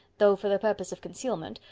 though for the purpose of concealment,